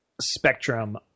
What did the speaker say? spectrum